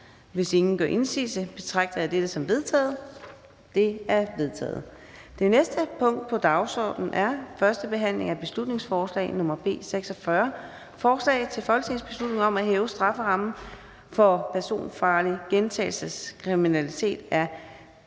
Hvis ingen gør indsigelse, betragter jeg dette som vedtaget. Det er vedtaget. --- Det næste punkt på dagsordenen er: 6) 1. behandling af beslutningsforslag nr. B 68: Forslag til folketingsbeslutning om særlige straffe for hadforbrydelser begået mod jøder.